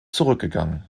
zurückgegangen